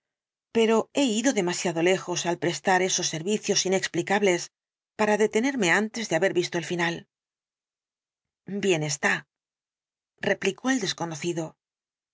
pero he ido demasiado lejos al prestar esos servicios inexplicables para detenerme antes de haber visto el final bien está replicó el desconocido